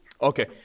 Okay